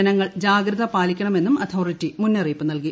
ജനങ്ങൾ ജാഗ്രത പാലിക്കണമെന്നും അതോറിറ്റി മുന്നറിയിപ്പ് നൽകി